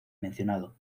mencionado